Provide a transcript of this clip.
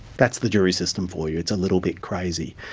that's the jury system for you. it's a little bit crazy.